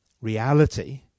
reality